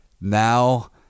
Now